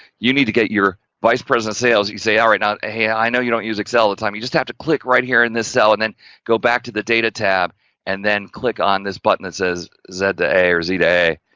you need to get your vice president sales. you say, all right now, hey! i know you don't use excel, the time you just have to click right here, in this cell and then go back to the data tab and then click on this button that says, z to a or z to a.